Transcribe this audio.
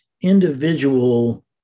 individual